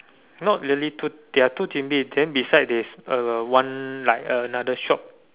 not really two there are chimney then beside is uh one like another shop